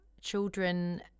children